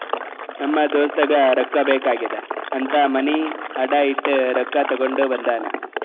ನಮ್ ದೋಸ್ತಗ ರೊಕ್ಕಾ ಬೇಕ್ ಆಗ್ಯಾದ್ ಅಂತ್ ಮನಿ ಅಡಾ ಇಟ್ಟು ರೊಕ್ಕಾ ತಗೊಂಡ ಬಂದಾನ್